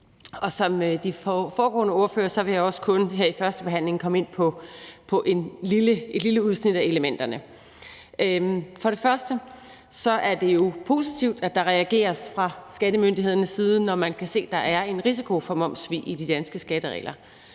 som de foregående ordførere vil jeg også her i førstebehandlingen kun komme ind på et lille udsnit af elementerne. For det første er det jo positivt, at der reageres fra skattemyndighedernes side, når man kan se, der er en risiko for momssvig i de danske skatteregler,